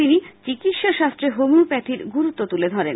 তিনি চিকিৎসা শাঙ্গ্রে হোমিওপ্যাখির গুরুত্ব তুলে ধরেন